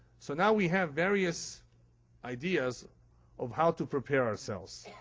so now we have various ideas of how to prepare ourselves.